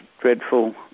dreadful